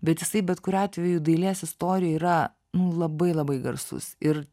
bet jisai bet kuriuo atveju dailės istorijoj yra nu labai labai garsus ir